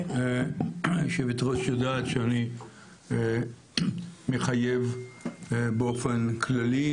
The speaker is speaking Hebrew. היו"ר יודעת שאני מחייב באופן כללי,